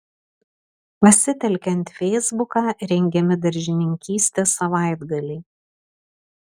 pasitelkiant feisbuką rengiami daržininkystės savaitgaliai